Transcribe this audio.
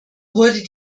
wurde